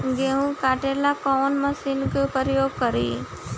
गेहूं काटे ला कवन मशीन का प्रयोग करी?